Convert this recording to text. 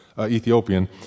Ethiopian